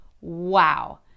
Wow